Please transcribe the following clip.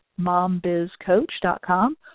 mombizcoach.com